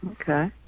Okay